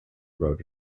wrote